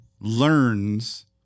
learns